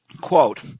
quote